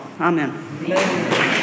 Amen